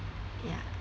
ya